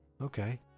Okay